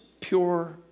pure